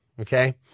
Okay